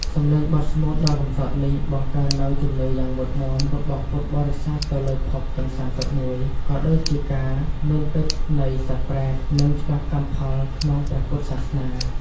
សំឡេងបទស្មូតដ៏កម្សត់នេះ បង្កើននូវ ជំនឿយ៉ាងមុតមាំ របស់ពុទ្ធបរិស័ទទៅលើភពទាំង ៣១ ក៏ដូចជាការមានពិតនៃសត្វប្រេត និងច្បាប់កម្មផលក្នុងព្រះពុទ្ធសាសនា។